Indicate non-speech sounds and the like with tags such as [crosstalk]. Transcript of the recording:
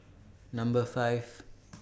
Number five [noise]